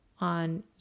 on